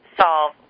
solve